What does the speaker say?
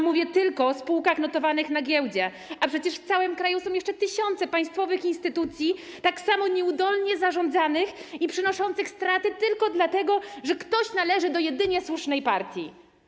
Mówię tylko o spółkach notowanych na giełdzie, a przecież w całym kraju są jeszcze tysiące państwowych instytucji tak samo nieudolnie zarządzanych i przynoszących straty tylko dlatego, że ktoś należy do jedynie słusznej partii.